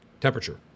Temperature